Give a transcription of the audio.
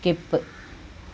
skip